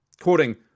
Quoting